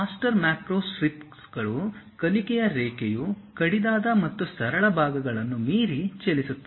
master macro ಸ್ಕ್ರಿಪ್ಟ್ಗಳ ಕಲಿಕೆಯ ರೇಖೆಯು ಕಡಿದಾದ ಮತ್ತು ಸರಳ ಭಾಗಗಳನ್ನು ಮೀರಿ ಚಲಿಸುತ್ತದೆ